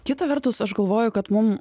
kita vertus aš galvoju kad mum